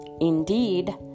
Indeed